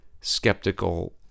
skeptical